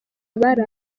abari